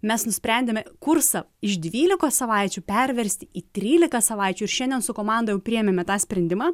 mes nusprendėme kursą iš dvylikos savaičių perversti į trylika savaičių ir šiandien su komanda priėmėme tą sprendimą